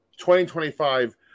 2025